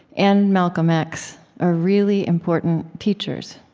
and malcolm x are really important teachers.